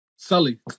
Sully